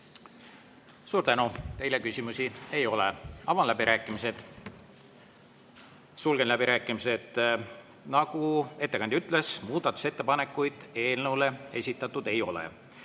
Suur tänu! Teile küsimusi ei ole. Avan läbirääkimised. Sulgen läbirääkimised. Nagu ettekandja ütles, muudatusettepanekuid eelnõu kohta esitatud ei ole.